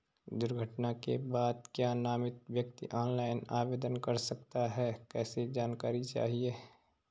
दुर्घटना के बाद क्या नामित व्यक्ति ऑनलाइन आवेदन कर सकता है कैसे जानकारी चाहिए?